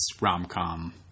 rom-com